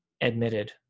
admitted